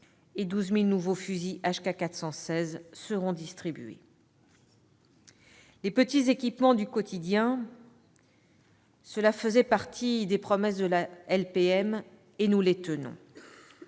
et 12 000 nouveaux fusils HK416F seront distribués. Les petits équipements du quotidien faisaient partie des promesses de la LPM ; nous tenons